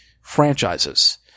franchises